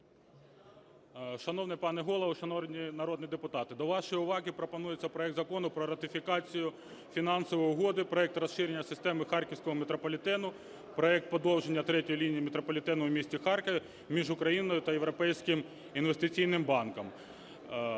Шановний пане Голово! Шановні народні депутати! До вашої уваги пропонується проект Закону про ратифікацію Фінансової угоди (Проект "Розширення харківського метрополітену" (Проект "Подовження третьої лінії метрополітену у місті Харків") між Україною та Європейським інвестиційним банком.